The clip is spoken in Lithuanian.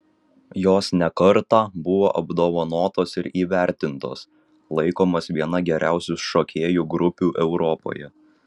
jos ne kartą buvo apdovanotos ir įvertintos laikomos viena geriausių šokėjų grupių europoje